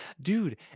Dude